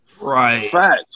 right